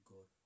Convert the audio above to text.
God